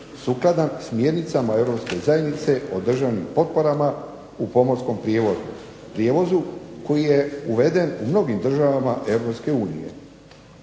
sukladan smjernicama Europske zajednice o državnim potporama u pomorskom prijevozu koji je uveden u mnogim državama Europske unije.